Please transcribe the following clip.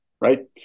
right